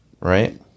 Right